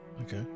Okay